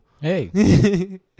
Hey